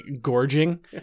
gorging